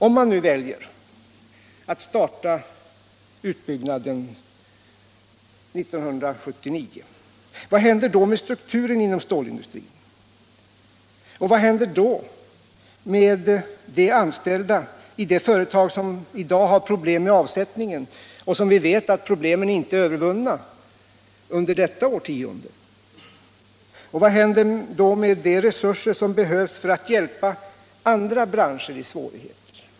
Om man väljer att starta utbyggnaden 1979, vad händer då med strukturen inom stålindustrin? Och vad händer med de anställda i de företag som i dag har problem med avsättningen och om vilka vi vet att problemen inte blir övervunna under detta årtionde? Vad händer med de resurser som behövs för att hjälpa andra branscher i svårigheter?